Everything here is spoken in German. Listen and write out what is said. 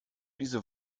diese